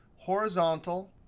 horizontal,